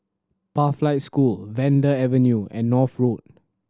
Pathlight School Vanda Avenue and North Road